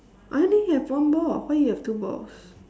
I only have one ball why you have two balls